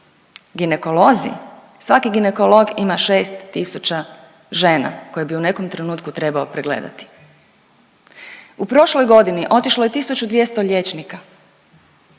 ginekolozi, svaki ginekolog ima šest tisuća žena koje bi u nekom trenutku trebao pregledati. U prošloj godini otišlo je tisuću 200 liječnika.